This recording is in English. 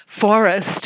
forest